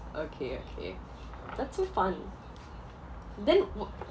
okay okay that's so fun then wh~